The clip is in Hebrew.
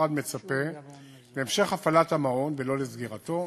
שהמשרד מצפה להמשך הפעלת המעון ולא לסגירתו.